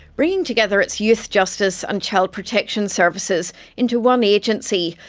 bringing together its youth justice and child protection services into one agency,